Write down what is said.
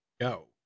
go